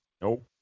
Nope